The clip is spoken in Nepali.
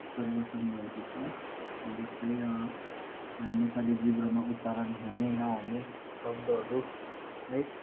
परिवर्तन भएको छ जस्तै नेपाली जिब्रोमा उच्चारण हुने नहुने शब्दहरू है